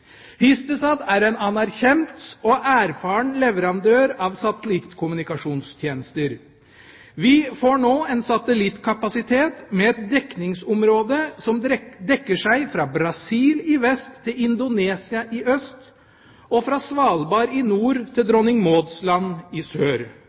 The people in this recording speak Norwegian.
er en anerkjent og erfaren leverandør av satellittkommunikasjonstjenester. Vi får nå en satellittkapasitet med et dekningsområde som strekker seg fra Brasil i vest til Indonesia i øst, og fra Svalbard i nord til